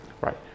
Right